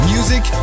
Music